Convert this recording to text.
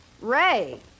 Ray